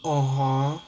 orh hor